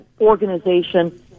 organization